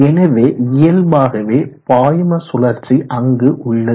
எனவே இயல்பாகவே பாய்ம சுழற்சி அங்கு உள்ளது